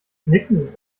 nicken